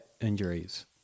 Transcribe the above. injuries